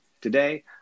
Today